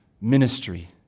ministry